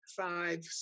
five